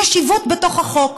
יש עיוות בתוך החוק.